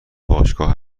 باشگاه